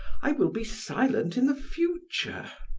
i will be silent in the future.